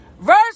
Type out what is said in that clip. verse